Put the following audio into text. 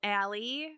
Allie